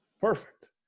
Perfect